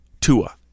Tua